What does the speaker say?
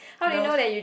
love